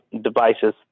devices